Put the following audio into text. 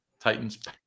Titans